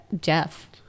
Jeff